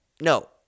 No